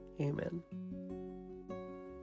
Amen